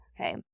Okay